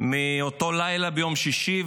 מאותו לילה ביום שישי,